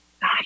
God